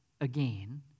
again